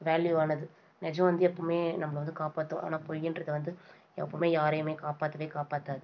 வேல்யூவானது நிஜம் வந்து எப்பவுமே நம்மள வந்து காப்பாற்றும் ஆனால் பொய்யின்றது வந்து எப்பவுமே யாரையுமே காப்பாற்றவே காப்பாற்றாது